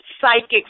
psychic